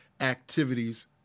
activities